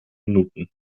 minuten